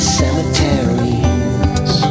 cemeteries